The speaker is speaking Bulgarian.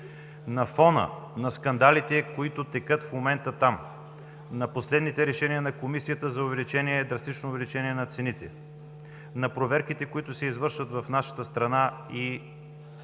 На фона на скандалите, които текат в момента там, на последните решения на Комисията за драстично увеличение на цените, на проверките, които се извършват в нашата страна и